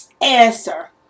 answer